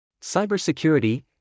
Cybersecurity